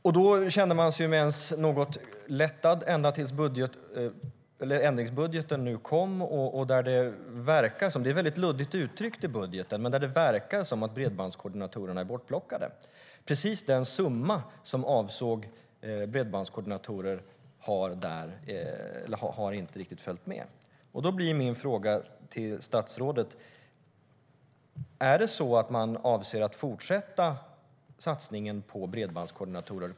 Då blir min fråga till statsrådet: Avser man att fortsätta satsningen på bredbandskoordinatorer?